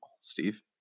Steve